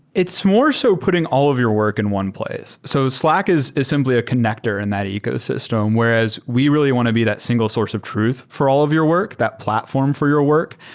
it's more so putting all of your work in one place. so slack is is simply a connector and that ecosystem, whereas we really want to be that single source of truth for all of your work, that platform for your work.